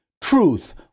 truth